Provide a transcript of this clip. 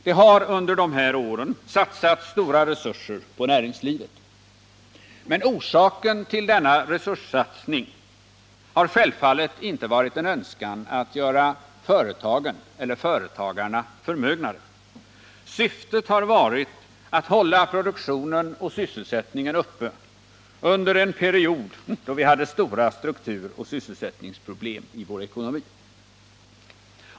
Det har under de här åren satsats stora resurser på näringslivet, men orsaken till denna resurssatsning har självfallet inte varit en önskan att göra företagen eller företagarna förmögnare. Syftet har varit att hålla produktionen och sysselsättningen uppe under en period då vi hade stora strukturoch sysselsättningsproblem i vår ekonomi.